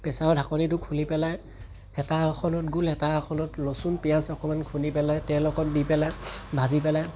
প্ৰেছাৰৰ ঢাকনিটো খুলি পেলাই হেতা এখনত গোল হেতা এখনত ৰচুন পিঁয়াজ অকণমান খুন্দি পেলাই তেল অকণ দি পেলাই ভাজি পেলাই